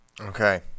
Okay